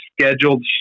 scheduled